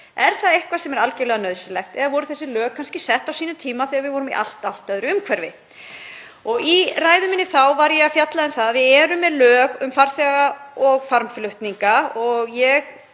Er það eitthvað sem er algerlega nauðsynlegt eða voru þessi lög kannski sett á sínum tíma þegar við vorum í allt öðru umhverfi? Í ræðu minni var ég að fjalla um það að við værum með lög um farþega- og farmflutninga og ég